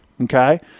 Okay